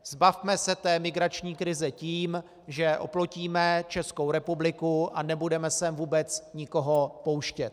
Zbavme se té migrační krize tím, že oplotíme Českou republiku a nebudeme sem vůbec nikoho pouštět.